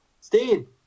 Steve